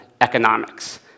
economics